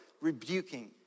rebuking